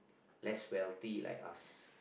less wealthy like us